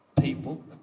people